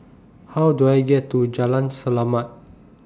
How Do I get to Jalan Selamat